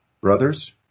brothers